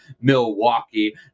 Milwaukee